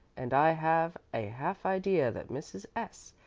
and i have a half idea that mrs. s.